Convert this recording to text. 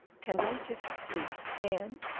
tenderly kissed its leaves and,